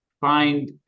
find